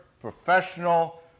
professional